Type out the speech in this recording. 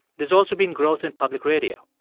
there's also been growth in public radio.